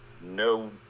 No